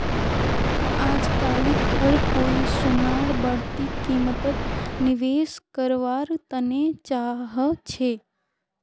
अजकालित हर कोई सोनार बढ़ती कीमतत निवेश कारवार तने चाहछै